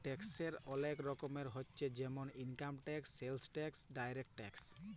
ট্যাক্সের ওলেক রকমের হচ্যে জেমল income tax, sales tax, direct tax